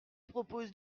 propose